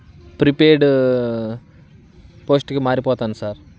prepaid పోస్ట్కి మారిపోతాను sir